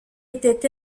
était